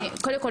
קודם כל,